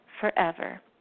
forever